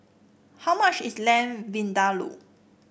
how much is Lamb Vindaloo